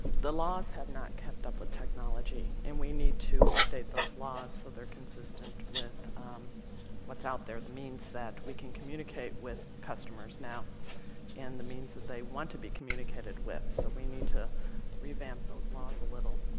the laws have not kept up with technology, and we need to update those laws, so they're consistent with what's out there, the means that we can communicate with customers now and the means that they want to be communicated with. so we need to revamp those laws a little.